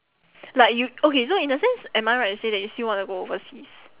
like you okay so in a sense am I right to say that you still want to go overseas